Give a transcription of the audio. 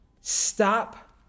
stop